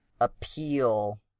appeal